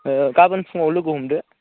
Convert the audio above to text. गाबोन फुङाव लोगो हमदो